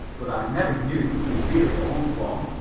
but i never knew he really owned one.